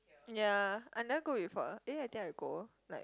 ya I never go before ah eh I think I go like